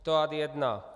To ad 1.